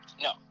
No